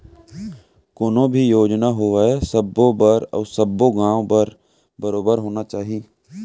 कोनो भी योजना होवय सबो बर अउ सब्बो गॉंव बर बरोबर होना चाही